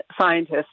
scientists